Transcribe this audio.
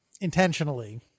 intentionally